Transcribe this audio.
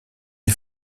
des